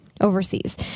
overseas